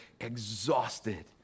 exhausted